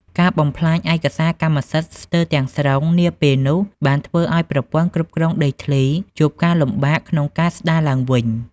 ការបំផ្លាញឯកសារកម្មសិទ្ធិស្ទើរទាំងស្រុងនាពេលនោះ បានធ្វើឱ្យប្រព័ន្ធគ្រប់គ្រងដីធ្លីជួបការលំបាកក្នុងការស្ដារឡើងវិញ។